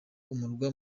umurwa